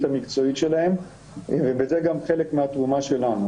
המקצועית שלהם ובזה גם חלק מהתרומה שלנו.